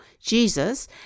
Jesus